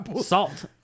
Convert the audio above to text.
Salt